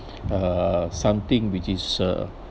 uh something which is uh